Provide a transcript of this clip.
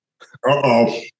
Uh-oh